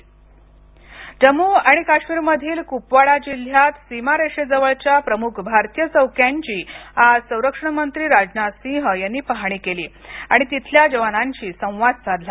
राजनाथ सिंह जम्मू आणि काश्मीरमधील कुपवाडा जिल्ह्यात सीमा रेषेजवळच्या प्रमुख भारतीय चौक्यांची आज संरक्षण मंत्री राजनाथ सिंह यांनी पाहणी केली आणि तिथल्या जवानांशी संवाद साधला